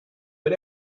but